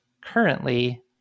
currently